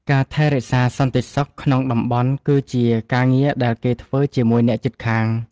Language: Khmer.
ការថែរក្សាសន្តិសុខក្នុងតំបន់គឺជាការងារដែលគេធ្វើជាមួយអ្នកជិតខាង។